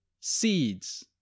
seeds